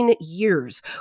years